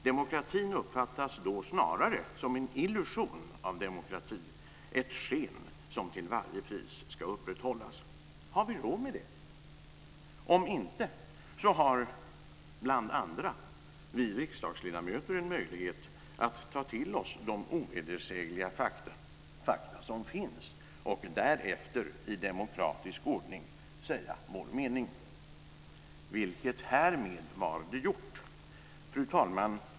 Demokratin uppfattas så snarare som en illusion av demokratin, ett sken som till varje pris ska upprätthållas. Har vi råd med det? Om inte, så har bl.a. vi riksdagsledamöter en möjlighet att ta till oss de ovedersägliga faktum som finns och därefter i demokratisk ordning säga vår mening, vilket jag härmed har gjort. Fru talman!